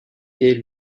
gay